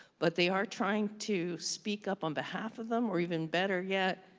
but they are trying to speak up on behalf of them, or even better yet,